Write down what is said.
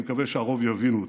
אני מקווה שהרוב יבינו אותי.